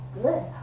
good